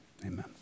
amen